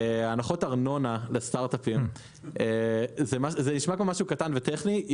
הנחות ארנונה לסטארט-אפים זה נשמע כמו משהו קטן וטכני.